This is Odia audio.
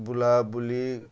ବୁଲାବୁଲି